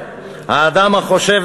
האדם החושב,